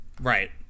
right